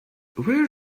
where